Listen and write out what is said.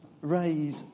raise